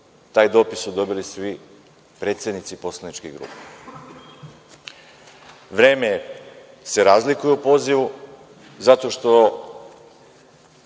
Taj dopis su dobili svi predsednici poslaničkih grupa. Vreme se razlikuje u pozivu zato što